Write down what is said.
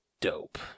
Dope